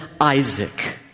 Isaac